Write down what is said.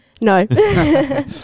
No